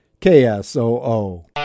KSOO